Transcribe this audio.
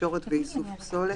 תקשורת ואיסוף פסולת,